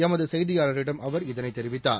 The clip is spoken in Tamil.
எமது செய்தியாளரிடம் அவர் இதனை தெரிவித்தார்